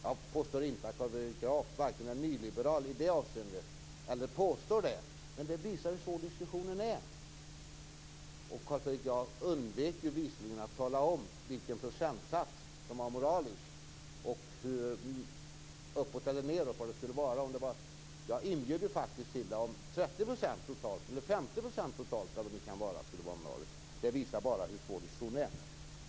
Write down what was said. Jag påstår inte att Carl Fredrik vare sig är nyliberal i det avseendet eller att han påstår det, men det visar hur svår diskussionen är. Carl Fredrik Graf undvek ju bevisligen att tala om vilken procentsats som är moralisk och hur hög den skall vara. Jag inbjöd ju faktiskt till att 30 % eller 50 % totalt skulle kunna vara en norm. Detta visar bara hur svår diskussionen är.